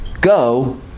go